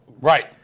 Right